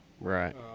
Right